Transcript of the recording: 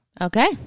Okay